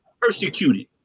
persecuted